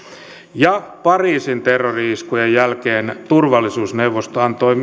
pariisin terrori iskujen jälkeen turvallisuusneuvosto antoi